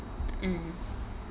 mm